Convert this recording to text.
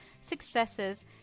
successes